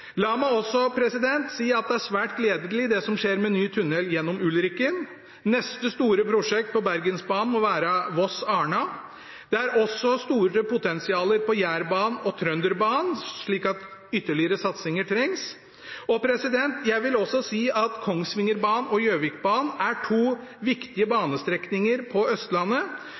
La meg også si at det er svært gledelig det som skjer med ny tunnel gjennom Ulriken. Neste store prosjekt på Bergensbanen må være Voss–Arna. Det er også store potensialer på Jærbanen og Trønderbanen, slik at ytterligere satsinger trengs. Jeg vil også si at Kongsvingerbanen og Gjøvikbanen er to viktige banestrekninger på Østlandet